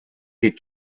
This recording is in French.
des